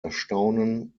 erstaunen